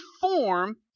form